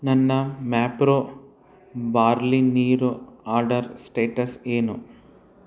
ನನ್ನ ಮ್ಯಾಪ್ರೊ ಬಾರ್ಲಿ ನೀರು order status ಏನು